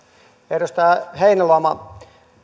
edustaja heinäluoma